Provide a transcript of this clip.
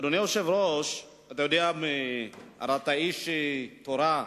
אדוני היושב-ראש, הרי אתה איש תורה.